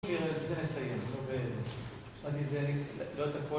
זה מסיימת, לא באמת. אני את זה, לא את הכול.